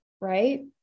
right